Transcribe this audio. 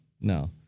no